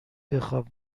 بخواب